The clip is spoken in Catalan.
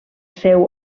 seu